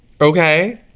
Okay